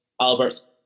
Albert's